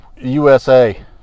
USA